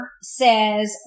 says